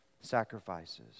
sacrifices